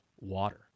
water